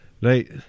right